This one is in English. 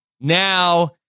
now